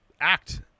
act